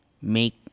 make